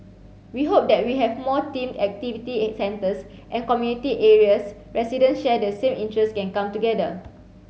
we hope that we have more themed activity centres and community areas residents share the same interest can come together